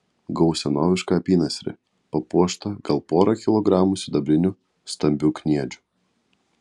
gavau senovišką apynasrį papuoštą gal pora kilogramų sidabrinių stambių kniedžių